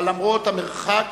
אבל למרות המרחק